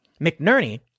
McNerney